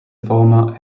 former